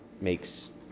makes